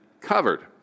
covered